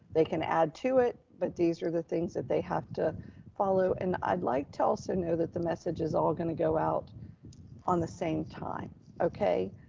they can add to it, but these are the things that they have to follow. and i'd like to also know that the message is all gonna go out on the same time okay.